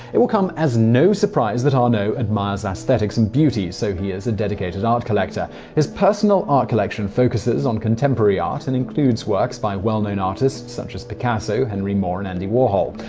it will come as no surprise that arnault admires aesthetics and beauty, so he is a dedicated art collector his personal art collection focuses on contemporary art and includes works by well-known artists such as picasso, henry moore, and andy warhol.